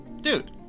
Dude